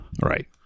Right